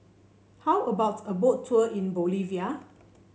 how about a Boat Tour in Bolivia